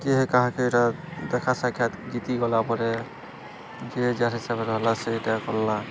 କିଏ କାହାକେ ଏଇଟା ଦେଖା ସାକ୍ଷାତ ଜିତି ଗଲା ପରେ ଯିଏ ଯାର୍ ହିସାବରେ ରହିଲା ସେଇଟା କଲା